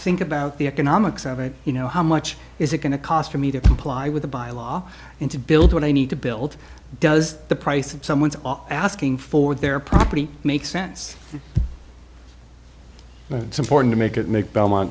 hink about the economics of it you know how much is it going to cost for me to comply with the bylaw and to build what i need to build does the price of someone's asking for their property make sense and it's important to make it make belmont